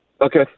Okay